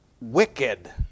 wicked